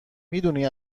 میدونی